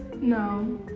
No